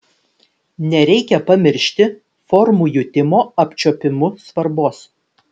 nereikia pamiršti formų jutimo apčiuopimu svarbos